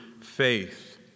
faith